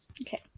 Okay